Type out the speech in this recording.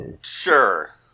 sure